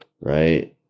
right